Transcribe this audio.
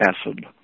acid